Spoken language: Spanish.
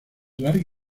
larga